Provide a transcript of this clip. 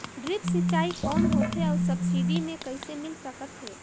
Drip सिंचाई कौन होथे अउ सब्सिडी मे कइसे मिल सकत हे?